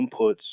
inputs